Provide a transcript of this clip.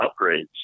upgrades